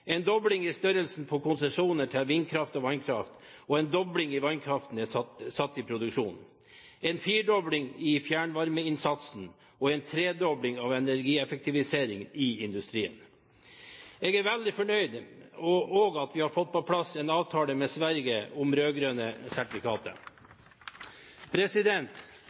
en dobling av størrelsen på konsesjoner til vindkraft og vannkraft en dobling av vannkraften satt i produksjon en firedobling i fjernvarmeinnsatsen en tredobling av energieffektivisering i industrien Jeg er også veldig fornøyd med at vi nå har fått på plass en avtale med Sverige om